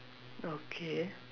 okay